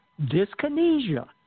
dyskinesia